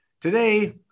Today